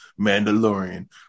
Mandalorian